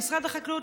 משרד החקלאות,